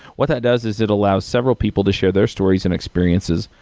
what that does is it allows several people to share their stories and experiences.